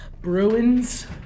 Bruins